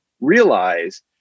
realize